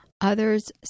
Others